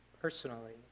personally